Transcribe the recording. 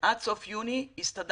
בינתיים, עד סוף יוני הסתדרנו